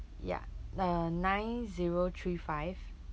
ya uh nine zero three five